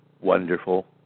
wonderful